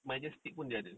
majestic pun dia ada